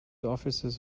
officers